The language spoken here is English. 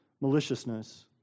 maliciousness